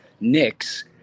Knicks